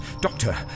Doctor